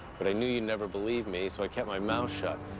but i knew you'd never believe me so i kept my mouth shut.